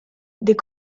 des